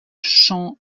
champ